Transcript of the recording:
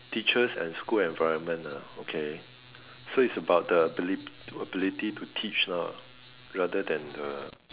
teachers and school environment ah okay so is about the abili~ ability to teach lah rather than the